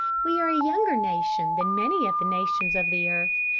we are a younger nation than many of the nations of the earth,